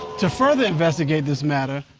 to further investigate this matter,